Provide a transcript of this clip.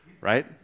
right